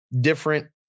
different